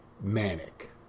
manic